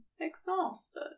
exhausted